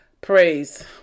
praise